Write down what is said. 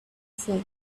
said